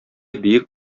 биек